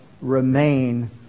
remain